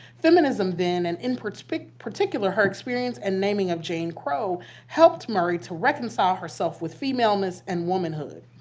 feminism, then, and in particular particular her experience and naming of jane crow, helped murray to reconcile herself with femaleness and womanhood.